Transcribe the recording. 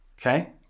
Okay